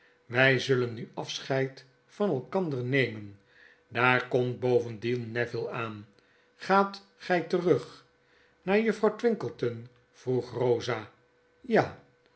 wij zullen nu afscheid van elkander nemen daar komt bovendien neville aan gaat gij terug naar juffrouw twinkleton vroeg rosa ja